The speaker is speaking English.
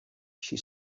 she